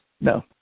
No